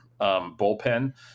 bullpen